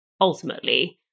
ultimately